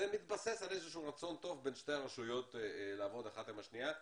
זה מתבסס על איזשהו רצון טוב בין שתי הרשויות לעבוד אחת עם השנייה,